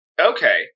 Okay